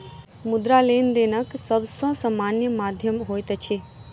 मुद्रा, लेनदेनक सब सॅ सामान्य माध्यम होइत अछि